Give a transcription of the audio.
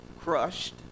crushed